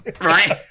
right